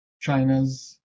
China's